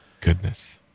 goodness